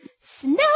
Snow